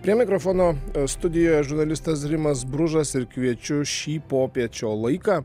prie mikrofono studijoje žurnalistas rimas bružas ir kviečiu šį popiečio laiką